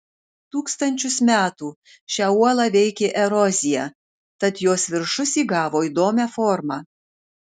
tūkstančius metų šią uolą veikė erozija tad jos viršus įgavo įdomią formą